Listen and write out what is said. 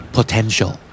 Potential